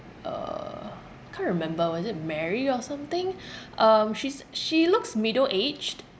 uh can't remember was it mary or something um she's she looks middle aged